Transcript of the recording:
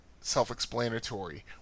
self-explanatory